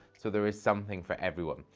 so there is something for everyone.